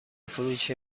فروش